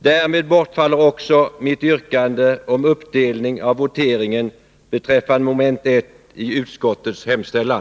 Därmed bortfaller också mitt yrkande om uppdelning av voteringen beträffande moment 1 i utskottets hemställan.